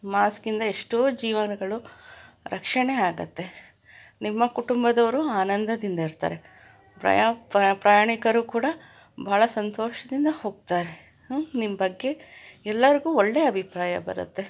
ಮಾಸ್ಕಿಂದ ಎಷ್ಟೋ ಜೀವನಗಳು ರಕ್ಷಣೆ ಆಗತ್ತೆ ನಿಮ್ಮ ಕುಟುಂಬದವರು ಆನಂದದಿಂದ ಇರ್ತಾರೆ ಪ್ರಯಾ ಪ್ರಯಾಣಿಕರು ಕೂಡ ಭಾಳ ಸಂತೋಷದಿಂದ ಹೋಗ್ತಾರೆ ನಿಮ್ಮ ಬಗ್ಗೆ ಎಲ್ಲರಿಗೂ ಒಳ್ಳೆ ಅಭಿಪ್ರಾಯ ಬರತ್ತೆ